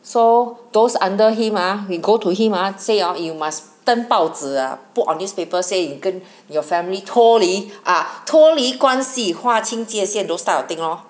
so those under him ah we go to him ah say ah you must 登报报纸啊 put on newspaper say 你跟你的 family 脱离 ah 脱离关系划清界限 those type of thing lor